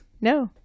No